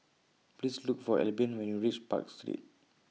Please Look For Albion when YOU REACH Park Street